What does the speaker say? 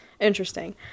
interesting